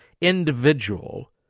individual